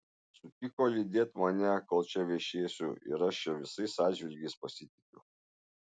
sutiko lydėt mane kol čia viešėsiu ir aš ja visais atžvilgiais pasitikiu